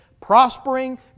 prospering